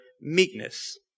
meekness